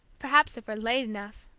perhaps if we're late enough,